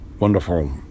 wonderful